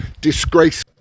Disgrace